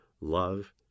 love